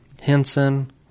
Henson